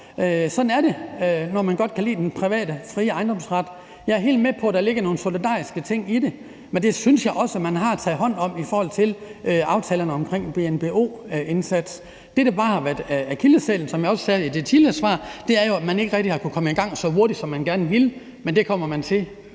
Sådan er det, når man godt kan lide den private, frie ejendomsret. Jeg er helt med på, at der ligger nogle solidariske ting i det, men det synes jeg også man har taget hånd om i forhold aftalerne omkring en BNBO-indsats. Det, der bare har været akilleshælen, som jeg også sagde i det tidligere svar, er jo, at man ikke rigtig har kunnet komme i gang så hurtigt, som man gerne ville. Men det kommer man til